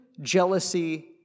jealousy